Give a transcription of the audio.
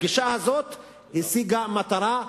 הפגישה הזאת השיגה מטרה,